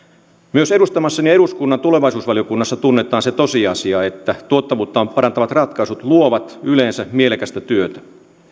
myös edustamassani eduskunnan tulevaisuusvaliokunnassa tunnetaan se tosiasia että tuottavuutta parantavat ratkaisut luovat yleensä mielekästä työtä